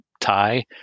tie